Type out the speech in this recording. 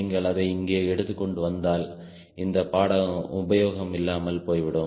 நீங்கள் அதை இங்கே எடுத்துக் கொண்டு வந்தால் இந்த பாடம் உபயோகம் இல்லாமல் போய்விடும்